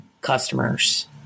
customers